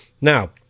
Now